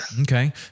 Okay